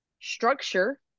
structure